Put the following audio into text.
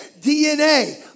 DNA